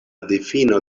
difino